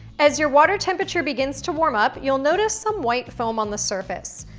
as your water temperature begins to warm up, you'll notice some white foam on the surface.